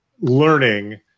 learning